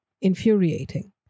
infuriating